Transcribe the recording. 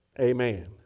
Amen